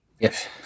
Yes